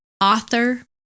author